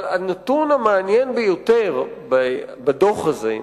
אבל הנתון המעניין ביותר בדוח הזה,